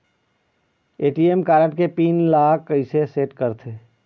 ATM card के pin ला कैसे सेट करथे?